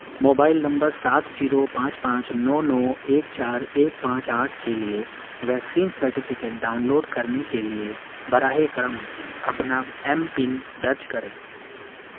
mobile number سات zero پانچ پانچ نو نو ایک چار ایک پانچ آٹھ کے لیے ویکسین سرٹیفکیٹ ڈاؤن لوڈ کرنے کے لیے براہ کرم اپنا ایم پن درج کریں